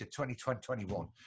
2021